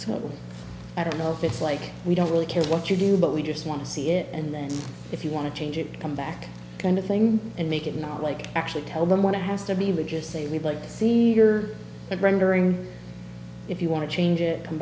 them i don't know if it's like we don't really care what you do but we just want to see it and then if you want to change it come back kind of thing and make it not like actually tell them what has to be rigid say we'd like to see here that rendering if you want to change it come